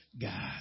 God